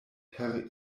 per